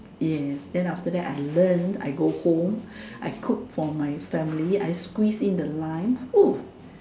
yes then after that I learned I go home I cook for my family I squeeze in the lime !oof!